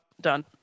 done